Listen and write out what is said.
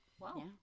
Wow